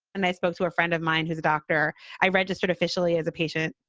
and i spoke to a friend of mine who's a doctor. i registered officially as a patient,